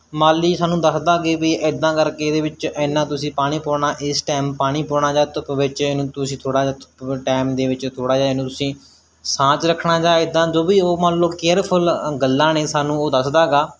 ਮਾਲੀ ਸਾਨੂੰ ਦੱਸਦਾ ਕਿ ਵੀ ਇੱਦਾਂ ਕਰਕੇ ਇਹਦੇ ਵਿੱਚ ਇੰਨਾਂ ਤੁਸੀਂ ਪਾਣੀ ਪਾਉਣਾ ਇਸ ਟਾਈਮ ਪਾਣੀ ਪਾਉਣਾ ਜਾਂ ਧੁੱਪ ਵਿੱਚ ਇਹਨੂੰ ਤੁਸੀਂ ਥੋੜ੍ਹਾ ਜਿਹਾ ਟਾਈਮ ਦੇ ਵਿੱਚ ਥੋੜ੍ਹਾ ਜਿਹਾ ਇਹਨੂੰ ਤੁਸੀਂ ਸਾਂਝ ਰੱਖਣਾ ਜਾਂ ਇੱਦਾਂ ਜੋ ਵੀ ਉਹ ਮੰਨ ਲਓ ਕੇਅਰਫੁੱਲ ਗੱਲਾਂ ਨੇ ਸਾਨੂੰ ਉਹ ਦੱਸਦਾ ਗਾ